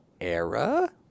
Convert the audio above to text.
era